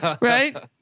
right